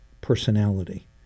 personality